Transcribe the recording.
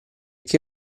che